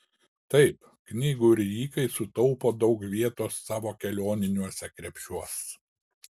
taip knygų rijikai sutaupo daug vietos savo kelioniniuose krepšiuos